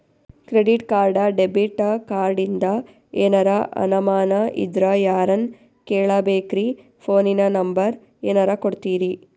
Credit card, debit ಕಾರ್ಡಿಂದ ಏನರ ಅನಮಾನ ಇದ್ರ ಯಾರನ್ ಕೇಳಬೇಕ್ರೀ, ಫೋನಿನ ನಂಬರ ಏನರ ಕೊಡ್ತೀರಿ?